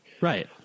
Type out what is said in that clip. Right